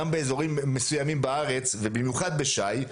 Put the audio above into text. גם באזורים מסוימים בארץ ובמיוחד בש"י,